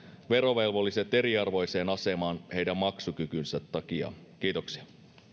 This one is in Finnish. verovelvolliset eriarvoiseen asemaan heidän maksukykynsä takia kiitoksia